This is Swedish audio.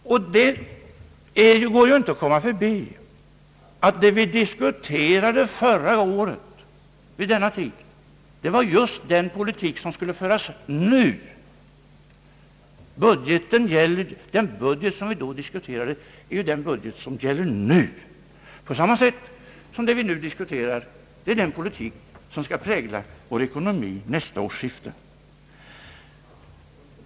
Det går inte att komma ifrån, att det vi diskuterade vid denna tidpunkt förra året var just den politik som skulle föras nu. Den budget vi då diskuterade är den budget som gäller nu, på samma sätt som det vi nu diskuterar är den politik som skall prägla vår ekonomi vid nästa årsskifte.